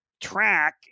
track